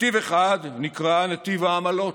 נתיב אחד נקרא נתיב העמלות,